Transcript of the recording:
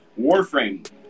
Warframe